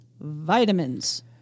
vitamins